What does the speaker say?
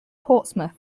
portsmouth